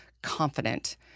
Confident